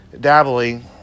dabbling